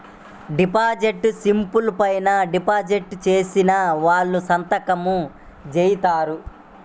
deposit స్లిపుల పైన deposit చేసిన వాళ్ళు సంతకం జేత్తారు